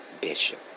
Bishop